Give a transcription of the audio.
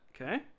Okay